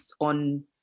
on